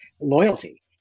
loyalty